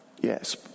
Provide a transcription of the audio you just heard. yes